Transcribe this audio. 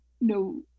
no